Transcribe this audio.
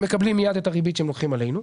מקבלים מיד את הריבית שהם הולכים עלינו.